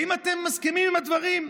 האם אתם מסכימים עם הדברים?